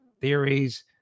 theories